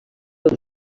pels